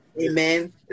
Amen